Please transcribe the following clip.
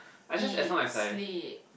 it sleep